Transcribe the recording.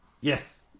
Yes